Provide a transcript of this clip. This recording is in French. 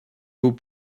vous